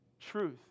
truth